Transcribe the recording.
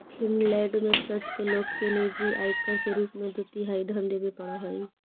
Finland में चर्च के लोग के निजी आयकर के रूप में दो तिहाई धन देवे पड़ऽ हई